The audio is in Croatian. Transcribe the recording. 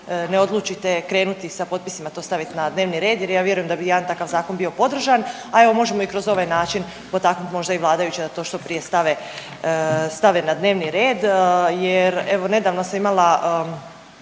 ne odlučite krenuti sa potpisima i to staviti na dnevni red jer ja vjerujem da bi jedan takav zakon bio podržan, a evo, možemo i kroz ovaj način potaknuti možda i vladajuće da to što prije stave, stave na dnevni red jer evo, nedavno sam imala